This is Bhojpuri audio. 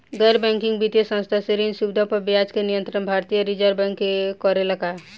गैर बैंकिंग वित्तीय संस्था से ऋण सुविधा पर ब्याज के नियंत्रण भारती य रिजर्व बैंक करे ला का?